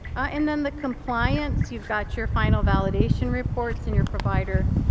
and then the compliance, you've got your final validation reports and your provider